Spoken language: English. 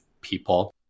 people